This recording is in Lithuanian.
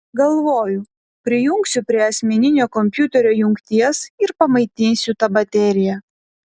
galvoju prijungsiu prie asmeninio kompiuterio jungties ir pamaitinsiu tą bateriją